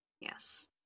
Yes